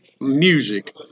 music